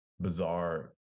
bizarre